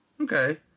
Okay